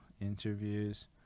interviews